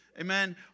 amen